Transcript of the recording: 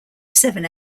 seven